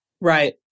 Right